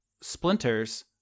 splinters